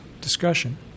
Discussion